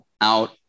out